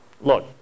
look